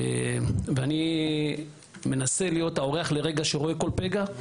ואני מנסה להיות לרגע האורח שרואה כל פגע.